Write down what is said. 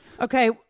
Okay